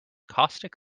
caustic